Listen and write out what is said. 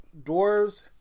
dwarves